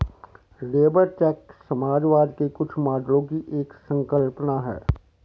labour check समाजवाद के कुछ मॉडलों की एक संकल्पना है